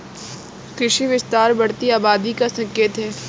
कृषि विस्तार बढ़ती आबादी का संकेत हैं